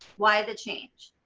why the change?